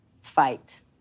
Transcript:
fight